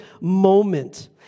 moment